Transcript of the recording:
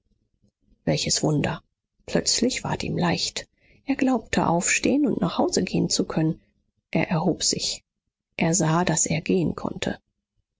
welches wunder plötzlich ward ihm leicht er glaubte aufstehen und nach hause gehen zu können er erhob sich er sah daß er gehen konnte